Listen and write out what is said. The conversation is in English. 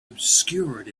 obscured